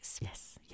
yes